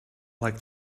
like